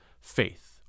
faith